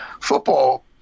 Football